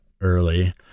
early